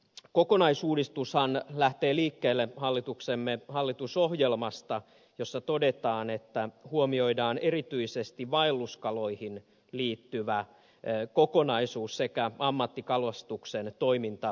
kalastuslain kokonaisuudistushan lähtee liikkeelle hallituksemme hallitusohjelmasta jossa todetaan että huomioidaan erityisesti vaelluskaloihin liittyvä kokonaisuus sekä ammattikalastuksen toimintaedellytykset